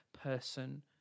person